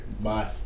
Bye